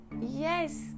yes